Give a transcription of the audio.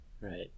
right